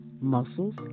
muscles